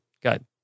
good